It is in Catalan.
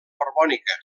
borbònica